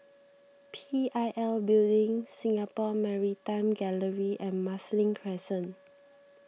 P I L Building Singapore Maritime Gallery and Marsiling Crescent